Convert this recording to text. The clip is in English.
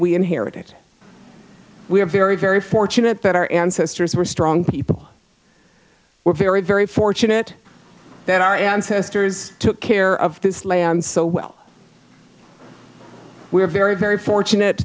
we inherit we are very very fortunate that our ancestors were strong people were very very fortunate that our ancestors took care of this land so well we are very very fortunate